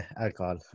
alcohol